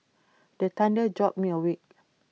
the thunder jolt me awake